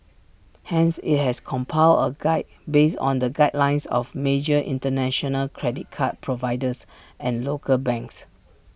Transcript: hence IT has compiled A guide based on the guidelines of major International credit card providers and local banks